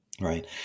Right